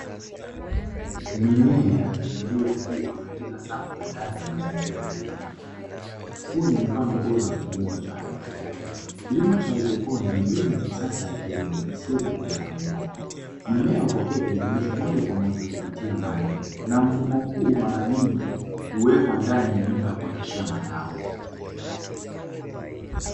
Mimea, iliyokuwa katika safu ya ndani ya mazingira yaliyodhibitiwa. Huu ni mfano bora wa kilimo cha haidroponi. Kilimo cha haidroponi ni mbinu ya kisasa ya kilimo isiyotegemea udongo. Mimea hupokea virutubisho moja kwa moja kupitia maji, na mfumo huu mara nyingi huwekwa ndani ya nyumba ya kuteshea mazao.